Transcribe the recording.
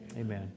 Amen